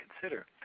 consider